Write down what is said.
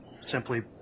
simply